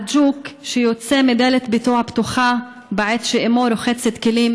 על ג'וק שיוצא מדלת ביתו הפתוחה בעת שאימו רוחצת כלים,